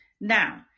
now